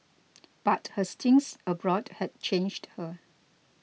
but her stints abroad had changed her